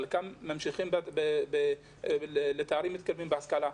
חלקם ממשיכים לתארים מתקדמים בהשכלה.